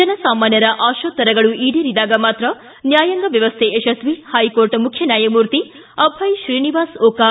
ಜನಸಾಮಾನ್ಯರ ಆಶೋತ್ತರಗಳು ಈಡೇರಿದಾಗ ಮಾತ್ರ ನ್ಯಾಯಾಂಗ ವ್ಯವಸ್ಥೆ ಯಶಸ್ವಿ ಪೈಕೋರ್ಟ್ ಮುಖ್ಯ ನ್ಯಾಯಮೂರ್ತಿ ಅಭಯ್ ಶ್ರೀನಿವಾಸ್ ಓಕಾ